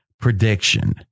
prediction